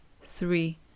three